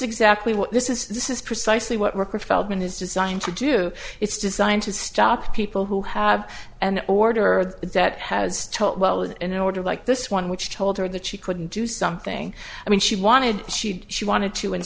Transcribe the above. exactly what this is this is precisely what worker feldman is designed to do it's designed to stop people who have an order that has taught well in order like this one which told her that she couldn't do something i mean she wanted she she wanted to